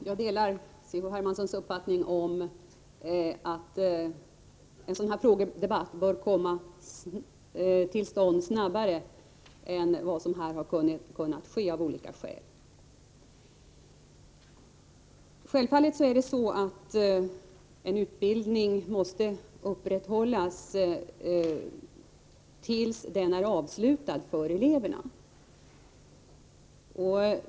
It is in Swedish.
Herr talman! Jag delar C.-H. Hermanssons uppfattning om att en sådan här frågedebatt bör komma till stånd snabbare än vad som nu av olika skäl har kunnat bli fallet. Självfallet måste en utbildning upprätthållas tills den är avslutad för eleverna.